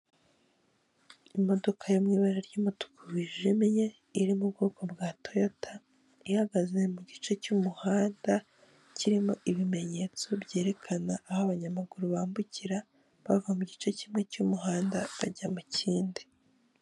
Imodoka yo mu ibara ry'umutuku wijimye iri mu bwoko bwa toyota, ihagaze mu gice cy'umuhanda kirimo ibimenyetso byerekana aho abanyamaguru bambukira bava mu gice kimwe cy'umuhanda bajya mu kindi.